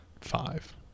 five